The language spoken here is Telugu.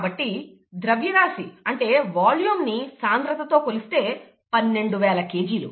కాబట్టి ద్రవ్యరాశి అంటే వాల్యూమ్ ని సాంద్రతతో కొలిస్తే 12 వేల కేజీలు